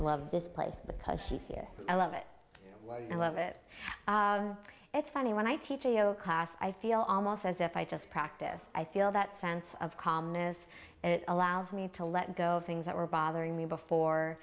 love this place because she's here i love it i love it it's funny when i teach a class i feel almost as if i just practice i feel that sense of calmness and it allows me to let go of things that were bothering me before